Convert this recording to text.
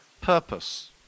purpose